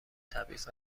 تبعیض